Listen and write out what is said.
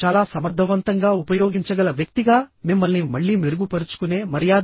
చాలా సమర్థవంతంగా ఉపయోగించగల వ్యక్తిగా మిమ్మల్ని మళ్లీ మెరుగుపరుచుకునే మర్యాద